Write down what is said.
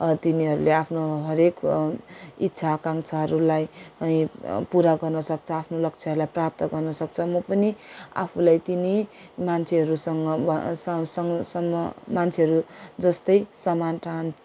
तिनीहरूले आफ्नो हरेक इच्छा आकाङ्क्षाहरूलाई पुरा गर्नसक्छ आफ्नो लक्ष्यहरूलाई प्राप्त गर्नसक्छ म पनि आफूलाई तिनै मान्छेहरूसँग सँग सँग मान्छेहरू जस्तै समान ठान